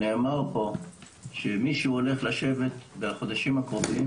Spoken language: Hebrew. נאמר פה שמישהו הולך לשבת בחודשים הקרובים